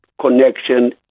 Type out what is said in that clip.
connection